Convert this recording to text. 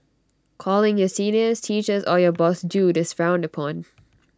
calling your seniors teachers or your boss dude is frowned upon